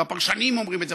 והפרשנים אומרים את זה,